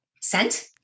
scent